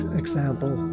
example